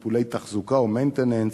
טיפולי תחזוקה או maintenance.